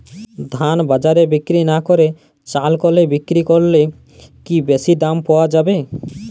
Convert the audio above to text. ধান বাজারে বিক্রি না করে চাল কলে বিক্রি করলে কি বেশী দাম পাওয়া যাবে?